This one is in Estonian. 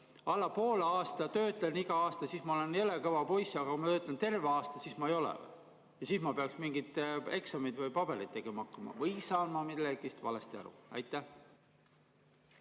alla poole aasta töötan igal aastal, siis ma olen jõle kõva poiss, aga kui ma töötan terve aasta, siis ma ei ole ja peaksin mingeid eksameid või pabereid tegema hakkama? Või saan ma millestki valesti aru? Hea